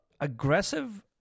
aggressive